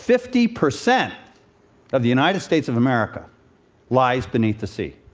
fifty percent of the united states of america lies beneath the sea.